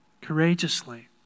courageously